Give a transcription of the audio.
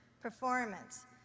performance